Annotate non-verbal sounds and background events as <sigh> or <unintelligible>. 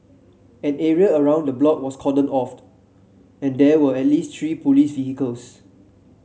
an area around the block was cordoned off <unintelligible> and there were at least three police vehicles